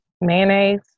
Mayonnaise